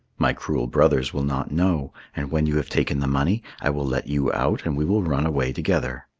my cruel brothers will not know, and when you have taken the money, i will let you out and we will run away together.